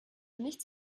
nichts